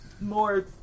More